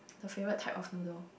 the favourite type of noodle